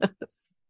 yes